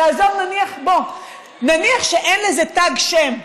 נניח שאין לזה תג שם,